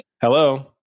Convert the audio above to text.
hello